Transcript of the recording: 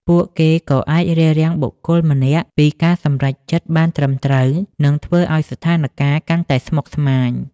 ពួកគេក៏អាចរារាំងបុគ្គលម្នាក់ពីការសម្រេចចិត្តបានត្រឹមត្រូវ និងធ្វើឲ្យស្ថានការណ៍កាន់តែស្មុគស្មាញ។